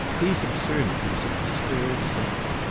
these absurdities of the stirred sense,